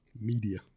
media